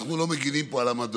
אנחנו לא מגינים פה על עמדות.